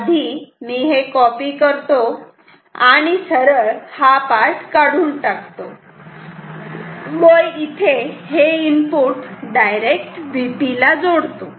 आधी इथे मी हे कॉपी करतो आणि सरळ हा पार्ट काढून टाकतो व हे इनपुट इथे डायरेक्ट Vp ला जोडतो